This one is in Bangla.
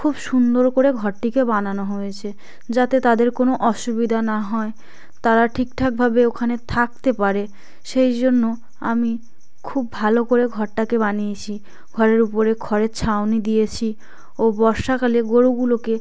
খুব সুন্দর করে ঘরটিকে বানানো হয়েছে যাতে তাদের কোনো অসুবিধা না হয় তারা ঠিকঠাকভাবে ওখানে থাকতে পারে সেই জন্য আমি খুব ভালো করে ঘরটাকে বানিয়েছি ঘরের উপরে খড়ের ছাউনি দিয়েছি ও বর্ষাকালে গোরুগুলোকে